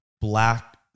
black